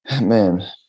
man